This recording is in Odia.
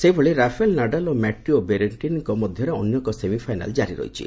ସେହିଭଳି ରାଫେଲ ନାଡାଲ ଓ ମାଟ୍ଟିଓ ବେରେଟିନିଙ୍କ ମଧ୍ୟରେ ଅନ୍ୟ ଏକ ସେମିଫାଇନାଲ୍ ଜାରି ରହିଛି